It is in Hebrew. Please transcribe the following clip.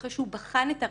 אחרי שהוא בחן את הראיות,